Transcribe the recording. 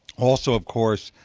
also, of course,